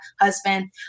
husband